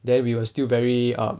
then we were still very um